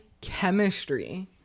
chemistry